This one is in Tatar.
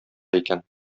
икән